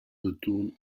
retourne